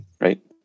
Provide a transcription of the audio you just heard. right